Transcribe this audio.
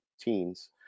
teens